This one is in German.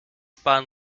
bahn